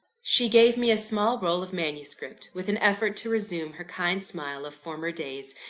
she gave me a small roll of manuscript, with an effort to resume her kind smile of former days,